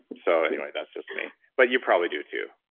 so anyway that's just me but you probably do too